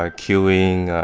ah queueing,